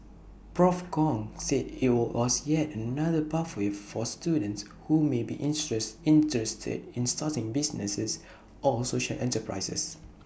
Prof Kong said IT were was yet another pathway for students who may be interest interested in starting businesses or social enterprises